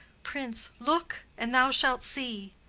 prince. look, and thou shalt see.